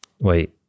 Wait